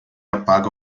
apaga